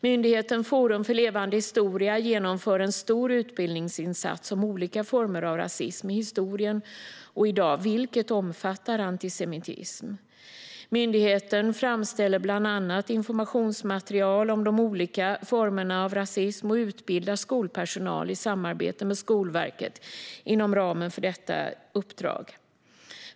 Myndigheten Forum för levande historia genomför en stor utbildningsinsats om olika former av rasism i historien och i dag, vilket omfattar antisemitism. Myndigheten framställer bland annat informationsmaterial om de olika formerna av rasism och utbildar skolpersonal i samarbete med Skolverket inom ramen för detta uppdrag.